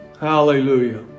hallelujah